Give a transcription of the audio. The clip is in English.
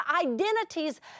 identities